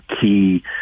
key